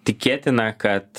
tikėtina kad